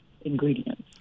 ingredients